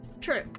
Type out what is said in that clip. True